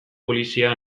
polizia